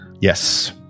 yes